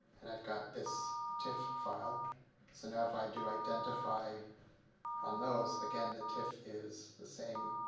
and i've got this tiff file so now if i do identify on those again, the tiff is the same